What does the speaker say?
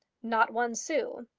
not one sou.